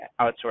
outsource